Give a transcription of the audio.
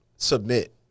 Submit